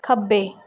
ਖੱਬੇ